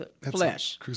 flesh